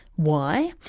why?